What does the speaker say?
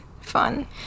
fun